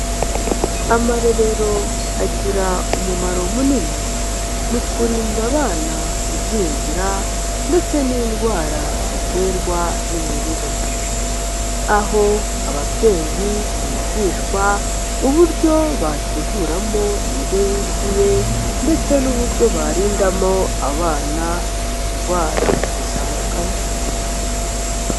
Amarerero agira umumaro munini mu kurinda abana igwingira ndetse n'indwara ziterwa n'imirire mibi. Aho ababyeyi bigishwa uburyo bateguramo indyo yuzuye ndetse n'uburyo barindamo abana indwara zitandukanye.